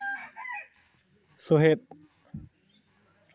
ᱥᱩᱦᱮᱫ